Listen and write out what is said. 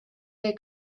they